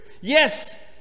Yes